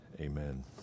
amen